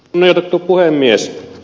kunnioitettu puhemies